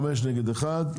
חמש נגד אחד.